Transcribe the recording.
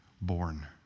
born